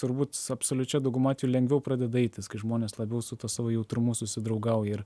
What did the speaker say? turbūt absoliučia dauguma atvejų lengviau pradeda eitis kai žmonės labiau su tuo savo jautrumu susidraugauja ir